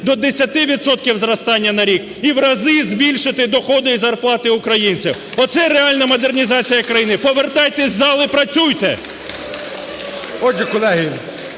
відсотків зростання на рік і в рази збільшити доходи і зарплати українців – оце реальна модернізація країни. Повертайтесь в зал і працюйте!